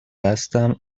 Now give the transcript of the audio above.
بستم